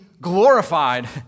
glorified